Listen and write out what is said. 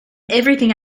everything